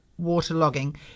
waterlogging